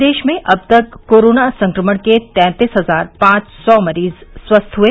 प्रदेश में अब तक कोरोना संक्रमण के तैंतीस हजार पांच सौ मरीज स्वस्थ हुए